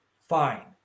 fine